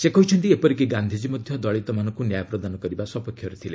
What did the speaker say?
ସେ କହିଛନ୍ତି ଏପରିକି ଗାନ୍ଧିଜୀ ମଧ୍ୟ ଦଳୀତମାନଙ୍କୁ ନ୍ୟାୟ ପ୍ରଦାନ କରିବା ସପକ୍ଷରେ ଥିଲେ